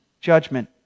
judgment